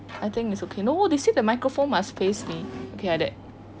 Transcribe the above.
I think its okay no they say the microphone must face me okay like that